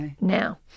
Now